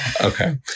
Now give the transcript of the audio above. Okay